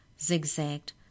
zigzagged